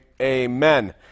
amen